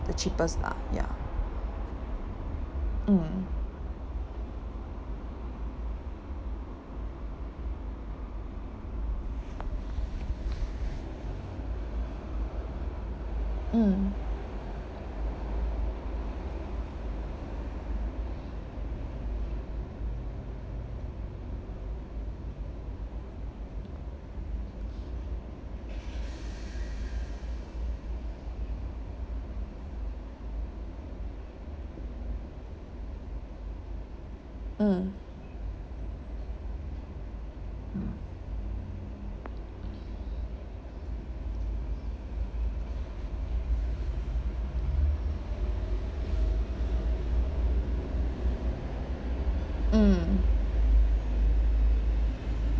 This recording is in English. the cheapest lah ya mm mm mm mm